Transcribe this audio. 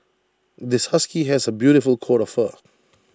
this husky has A beautiful coat of fur